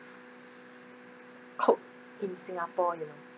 coke in singapore you know